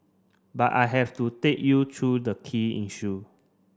but I have to take you through the key issue